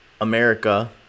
America